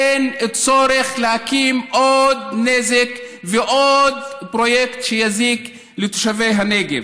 אין צורך להקים עוד נזק ועוד פרויקט שיזיק לתושבי הנגב.